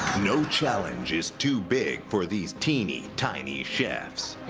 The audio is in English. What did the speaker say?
no challenge is too big for these teeny tiny chefs.